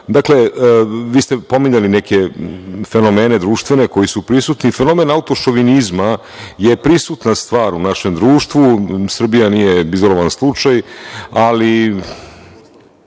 vi ste pominjali neke fenomene društvene koji su prisutni. Fenomen autošovinizma je prisutna stvar u našem društvu. Srbija nije izolovan slučaj. Ali,